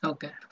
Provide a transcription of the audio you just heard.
Okay